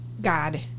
God